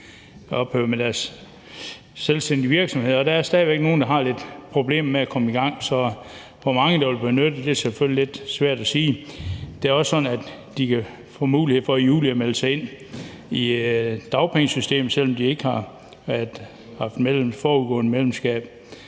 deres selvstændige virksomheder. Der er stadig væk nogle, der har lidt problemer med at komme i gang, så hvor mange der vil benytte sig af det, er selvfølgelig svært at sige. Det er også sådan, at de i juli har mulighed for at melde sig ind i dagpengesystemet, selv om de ikke forudgående har